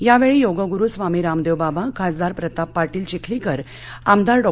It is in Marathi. यावछी योगगुरु स्वामी रामदक्षिबाबा खासदार प्रताप पाटील चिखलीकर आमदार डॉ